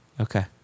Okay